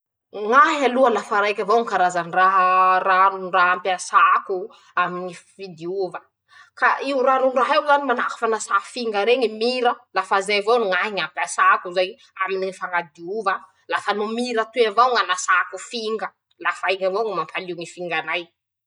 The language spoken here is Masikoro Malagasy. Ñ'ay aloha lafa raiky avao ñy karazan-draha ranon-draha ampiasako aminy ñy fidiova, ka io ranon-drah'eo zany manahaky fanasà finga reñy mira, lafa zay avao ñahy ñ'ampiasako zay ary ñy fañadiova, lafa no mira toy avao ñ'anasako finga, lafa io avao ñy mampalio ñy finganay.